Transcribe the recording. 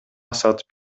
сатып